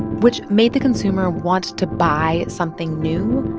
which made the consumer want to buy something new,